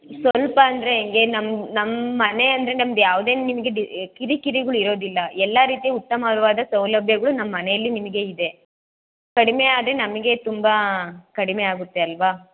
ಸ್ವಲ್ಪ ಅಂದರೆ ಹೇಗೆ ನಮ್ಮ ನಮ್ಮ ಮನೆ ಅಂದರೆ ನಮ್ಮದು ಯಾವುದೇ ನಿಮಗೆ ಕಿರಿಕಿರಿಗಳು ಇರೋದಿಲ್ಲ ಎಲ್ಲ ರೀತಿಯ ಉತ್ತಮವಾದ ಸೌಲಭ್ಯಗಳು ನಮ್ಮ ಮನೆಯಲ್ಲಿ ನಿಮಗೆ ಇದೆ ಕಡಿಮೆ ಆದರೆ ನಮಗೆ ತುಂಬ ಕಡಿಮೆ ಆಗುತ್ತೆ ಅಲ್ವ